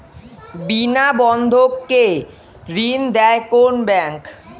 বিনা বন্ধক কে ঋণ দেয় কোন ব্যাংক?